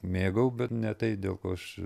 mėgau bet ne tai dėl ko aš